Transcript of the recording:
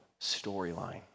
storyline